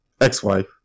Ex-wife